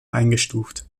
eingestuft